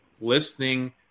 listening